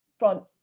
from.